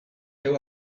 féu